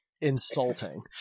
insulting